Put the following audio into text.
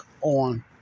on